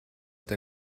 der